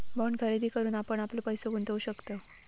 bond खरेदी करून आपण आपलो पैसो गुंतवु शकतव